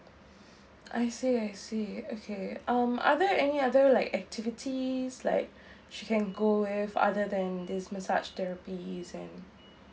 I see I see okay um are there any other like activities like she can go with other than this massage therapies and